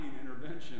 intervention